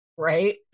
Right